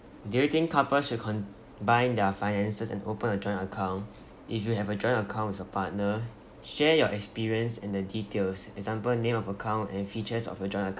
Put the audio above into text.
do you think couples should combine their finances and open a joint account if you have a joint account with a partner share your experience and the details example name of account and features of a joint account